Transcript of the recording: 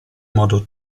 modo